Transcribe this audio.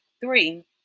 three